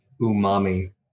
umami